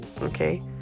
Okay